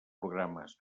programes